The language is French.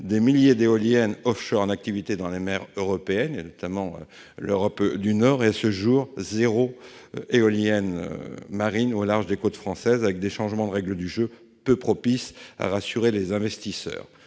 des milliers d'éoliennes en activité dans les mers européennes, notamment en Europe du Nord, mais zéro éolienne marine au large des côtes françaises, avec des changements de règles du jeu peu propices à rassurer les investisseurs.